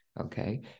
okay